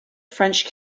french